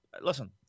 Listen